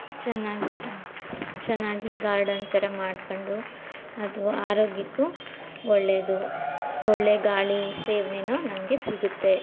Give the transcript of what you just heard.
ಚೆನ್ನಾಗಿ ಚೆನ್ನಾಗಿ ಗಾರ್ಡನ್ ಥರ ಮಾಡ್ಕೊಂಡು ಅದು ಆರೋಗ್ಯಕ್ಕೂ ಒಳ್ಳೆಯದು ಒಳ್ಳೆಯ ಗಾಳಿ ಸೇವನೆವು ನಮಗೆ ಸಿಗುತ್ತೆ